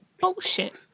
bullshit